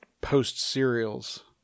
Post-cereals